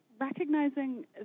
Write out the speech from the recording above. recognizing